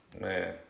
Man